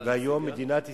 והיום מדינת ישראל,